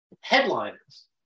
headliners